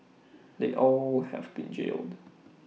they all have been jailed